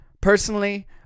personally